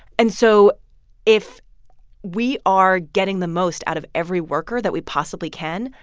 and so if we are getting the most out of every worker that we possibly can,